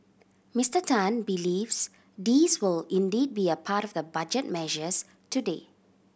Mister Tan believes these will indeed be a part of the Budget measures today